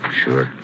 sure